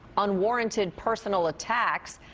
unwarranted personal attacks,